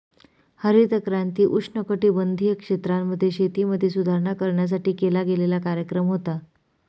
हरित क्रांती उष्णकटिबंधीय क्षेत्रांमध्ये, शेतीमध्ये सुधारणा करण्यासाठी केला गेलेला कार्यक्रम होता